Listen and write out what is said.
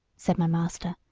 said my master.